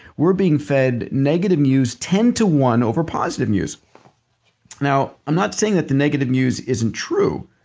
we're being fed negative news ten to one over positive news now i'm not saying that the negative news isn't true,